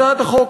הצעת החוק,